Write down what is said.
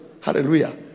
Hallelujah